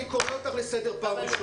אני קורא אותך לסדר פעם ראשונה.